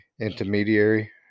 Intermediary